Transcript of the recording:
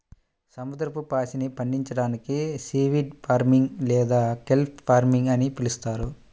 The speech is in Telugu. సముద్రపు పాచిని పండించడాన్ని సీవీడ్ ఫార్మింగ్ లేదా కెల్ప్ ఫార్మింగ్ అని పిలుస్తారు